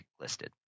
listed